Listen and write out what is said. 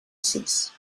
sis